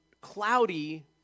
cloudy